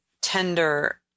tender